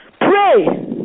pray